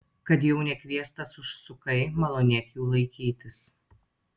kad jau nekviestas užsukai malonėk jų laikytis